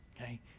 okay